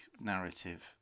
narrative